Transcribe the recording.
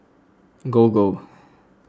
Gogo